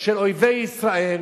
של אויבי ישראל.